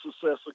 success